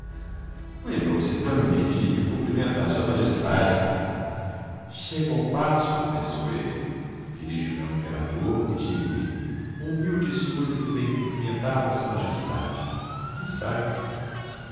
lembrou-se também de ir cumprimentar sua majestade chego ao paço pensou ele dirijo me ao imperador e digo-lhe um humilde súdito vem cumprimentar vossa majestade e saio